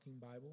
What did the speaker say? Bible